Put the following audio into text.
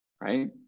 right